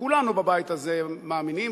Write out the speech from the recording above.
שכולנו בבית הזה מאמינים,